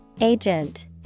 Agent